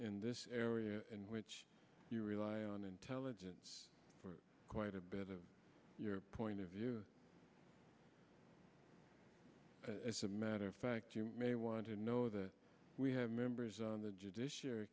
in this area in which you rely on intelligence quite a bit of your point of view as a matter of fact you may want to know that we have members on the judicia